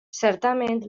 certament